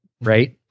right